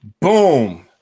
boom